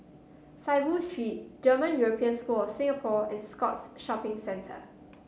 Saiboo Street German European School Singapore and Scotts Shopping Centre